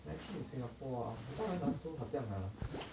actually in singapore ah 很多人 ah 都好像 ah